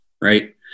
right